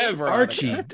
Archie